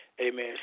amen